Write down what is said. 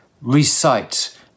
Recite